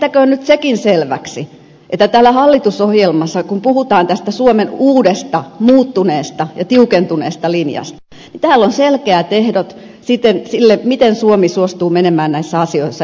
tehtäköön nyt sekin selväksi että täällä hallitusohjelmassa kun puhutaan tästä suomen uudesta muuttuneesta ja tiukentuneesta linjasta on selkeät ehdot sille miten suomi suostuu menemään näissä asioissa eteenpäin